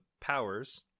powers